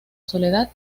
soledad